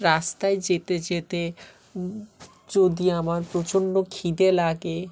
রাস্তায় যেতে যেতে যদি আমার প্রচণ্ড খিদে লাগে